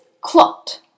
clot